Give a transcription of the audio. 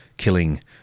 killing